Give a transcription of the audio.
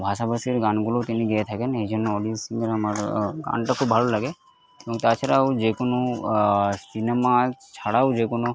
ভাষাভাষীর গানগুলোও তিনি গেয়ে থাকেন এই জন্য অরিজিৎ সিংয়ের আমার গানটা খুব ভালো লাগে এবং তাছাড়াও যে কোনো সিনেমা ছাড়াও যে কোনো